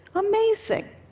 amazing.